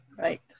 Right